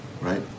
right